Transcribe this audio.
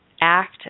act